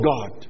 God